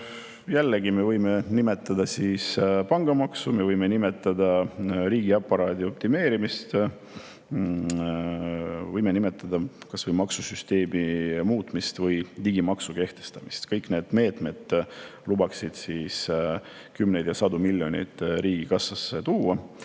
jällegi võime nimetada pangamaksu, võime nimetada riigiaparaadi optimeerimist, võime nimetada kas või maksusüsteemi muutmist ja digimaksu kehtestamist. Kõik need meetmed lubaksid kümneid ja sadu miljoneid riigikassasse tuua.